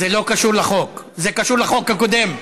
זה לא קשור לחוק, זה קשור לחוק הקודם.